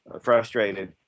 frustrated